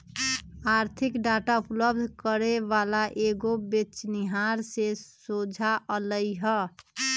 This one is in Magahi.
आर्थिक डाटा उपलब्ध करे वला कएगो बेचनिहार से सोझा अलई ह